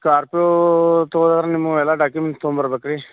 Scorpio ತಗೋಳರು ನಿಮ್ಮವು ಎಲ್ಲ ಡಾಕ್ಯುಮೆಂಟ್ಸ್ ತೊಗೊಂಬರ್ಬೆಕು ರೀ